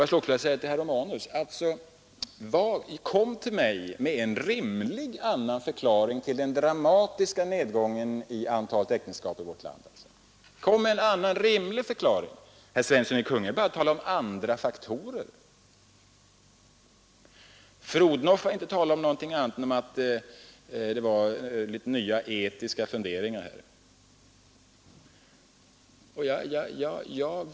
Jag vill också säga till herr Romanus: Kom till mig med en annan rimlig förklaring till den dramatiska nedgången i antalet äktenskap i vårt land! Herr Svensson i Kungälv talar bara om ”andra faktorer”. Fru Odhnoff har inte talat om någonting annat än att det var litet nya etiska funderingar.